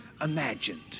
imagined